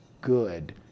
good